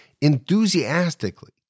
enthusiastically